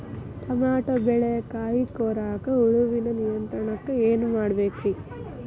Tomato ಬೆಳೆಯ ಕಾಯಿ ಕೊರಕ ಹುಳುವಿನ ನಿಯಂತ್ರಣಕ್ಕ ಏನ್ ಮಾಡಬೇಕ್ರಿ?